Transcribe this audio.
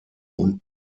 und